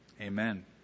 amen